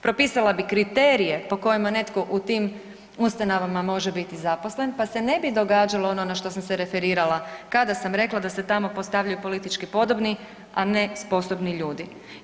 Propisala bi kriterije po kojima netko u tim ustanovama može biti zaposlen pa se ne bi događalo ono na što sam se referirala kada sam rekla da se tamo postavljaju politički podobni, a ne sposobni ljudi.